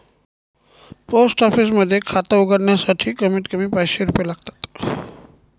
post office मध्ये खात उघडण्यासाठी कमीत कमी पाचशे रुपये लागतात